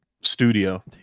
studio